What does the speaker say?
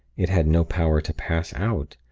it had no power to pass out.